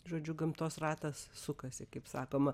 žodžiu gamtos ratas sukasi kaip sakoma